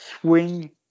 swing